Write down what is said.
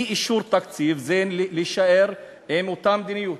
אי-אישור תקציב זה להישאר עם אותה מדיניות.